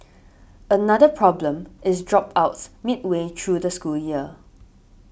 another problem is dropouts midway through the school year